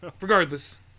regardless